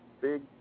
big